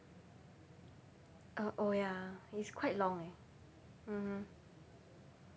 uh oh ya it's quite long mmhmm